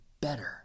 better